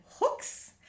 hooks